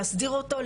להסדיר אותו,